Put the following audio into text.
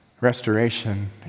restoration